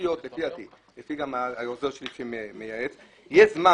לפי דעתי, ולפי הייעוץ של העוזר שלי, יש זמן.